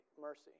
mercy